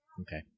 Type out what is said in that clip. Okay